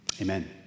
Amen